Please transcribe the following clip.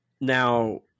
Now